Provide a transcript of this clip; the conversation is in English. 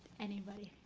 anybody?